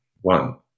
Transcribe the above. One